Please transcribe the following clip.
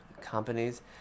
companies